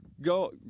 go